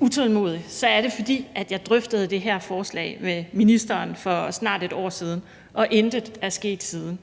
utålmodig, er det, fordi jeg drøftede det her forslag med ministeren for snart et år siden, og intet er sket siden.